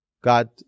God